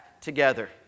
together